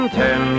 ten